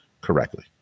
correctly